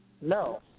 No